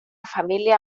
família